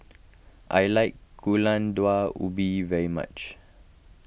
I like Gulai Daun Ubi very much